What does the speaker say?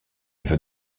veut